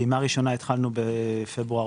פעימה ראשונה התחלנו בפברואר-מרס,